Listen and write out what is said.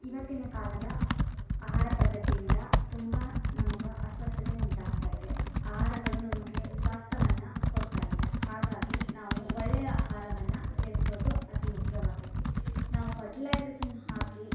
ಇವತ್ತಿನ ಕಾಲದ ಆಹಾರ ಪದ್ಧತಿಯಿಂದ ತುಂಬಾ ನಮ್ಗ ಅಸ್ವಸ್ಥತೆ ಉಂಟಾಗ್ತಾಯಿದೆ ಆಹಾರಗಳು ನಮಗೆ ಸ್ವಾಸ್ಥವನ್ನ ಕೊಡುತ್ತಾ ಇಲ್ಲ ಹಾಗಾಗಿ ನಾವು ಒಳ್ಳೆಯ ಆಹಾರವನ್ನ ಸೇವಿಸೋದು ಅತಿ ಮುಖ್ಯವಾಗೈತಿ ನಾವು ಫರ್ಟಿಲೈಝೇಶನ್ ಹಾಕಿ